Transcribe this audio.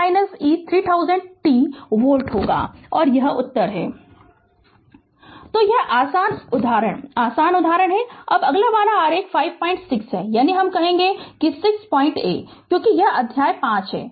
Refer Slide Time 2334 तो यह आसान उदाहरण आसान उदाहरण है अब अगला वाला आरेख 56 है यानी हम कहेगे कि 6a क्योंकि यह अध्याय पांच है